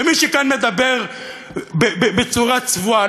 ומי שכאן מדבר בצורה צבועה.